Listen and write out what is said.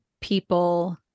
people